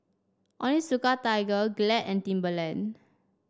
Onitsuka Tiger Glad and Timberland